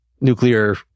nuclear